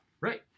Right